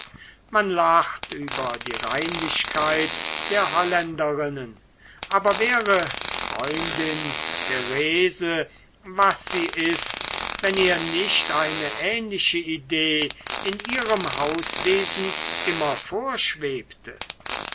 man lacht über die reinlichkeit der holländerinnen aber wäre freundin therese was sie ist wenn ihr nicht eine ähnliche idee in ihrem hauswesen immer vorschwebte